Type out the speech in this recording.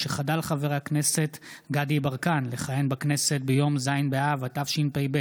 משחדל חבר הכנסת דסטה גדי יברקן לכהן בכנסת ביום ז' באב התשפ"ב,